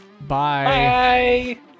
Bye